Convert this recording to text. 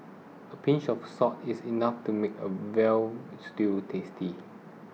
a pinch of salt is enough to make a Veal Stew tasty